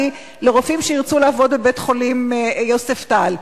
לרופאים שירצו לעבוד בבית-החולים "יוספטל".